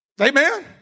Amen